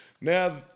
now